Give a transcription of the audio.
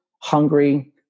hungry